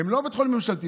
הם לא בית חולים ממשלתי.